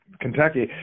Kentucky